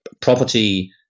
property